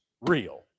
real